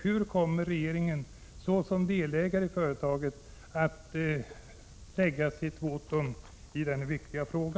Hur kommer regeringen såsom delägare i företaget att lägga sitt votum i denna viktiga fråga?